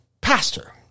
Pastor